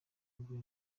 nibwo